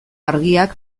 argiak